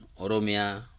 Oromia